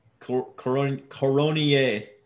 Coronier